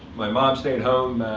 my mom stayed home,